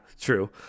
true